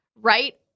right